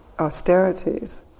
austerities